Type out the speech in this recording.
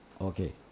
Okay